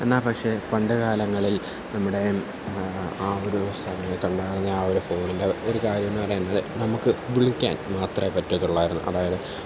എന്നാൽ പക്ഷേ പണ്ടുകാലങ്ങളിൽ നമ്മുടെ ആ ഒരു സമയത്തുള്ള അല്ലെങ്കിൽ ആ ഒരു ഫോണിൻ്റെ ഒരു കാര്യമെന്ന് പറയുന്നത് നമുക്ക് വിളിക്കാൻ മാത്രമേ പറ്റത്തുള്ളായിരുന്നു അതായത്